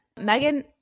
Megan